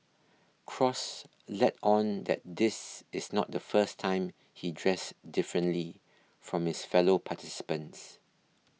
cross let on that this is not the first time he dressed differently from his fellow participants